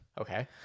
Okay